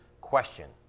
question